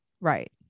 Right